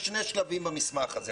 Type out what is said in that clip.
יש שני שלבים במסמך הזה.